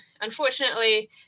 unfortunately